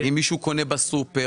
אם מישהו קונה בסופר,